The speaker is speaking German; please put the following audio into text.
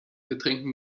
betrinken